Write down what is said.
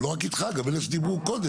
ולא רק איתך גם אלה שדיברו קודם,